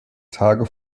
tage